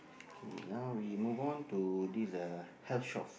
okay now me move on to this uh health shop